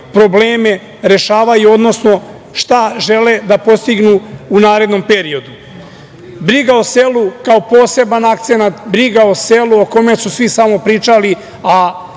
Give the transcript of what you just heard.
probleme rešavaju, odnosno šta žele da postignu u narednom periodu. Briga o selu kao poseban akcenat, briga o selu o kome su svi samo pričali, a